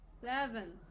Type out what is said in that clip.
Seven